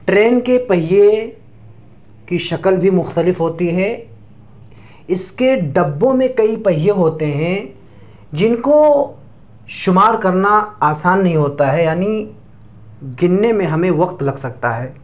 train کے پہیے کی شکل بھی مختلف ہوتی ہے اس کے ڈبوں میں کئی پہیے ہوتے ہیں جن کو شمار کرنا آسان نہیں ہوتا ہے یعنی گننے میں ہمیں وقت لگ سکتا ہے